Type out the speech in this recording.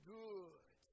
good